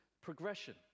progression